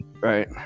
right